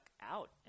out